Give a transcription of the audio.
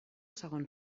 segon